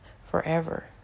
forever